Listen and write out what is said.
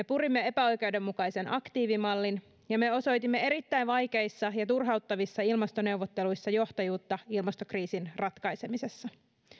purimme epäoikeudenmukaisen aktiivimallin ja me osoitimme erittäin vaikeissa ja turhauttavissa ilmastoneuvotteluissa johtajuutta ilmastokriisin ratkaisemisessa